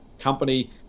company